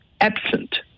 absent